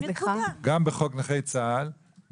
גם בחוק נכי צה"ל.